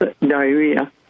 diarrhea